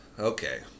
Okay